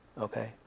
okay